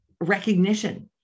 recognition